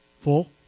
full